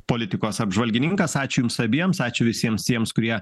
politikos apžvalgininkas ačiū jums abiems ačiū visiems tiems kurie